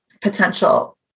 potential